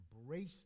embrace